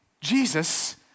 Jesus